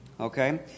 Okay